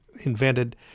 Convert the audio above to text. invented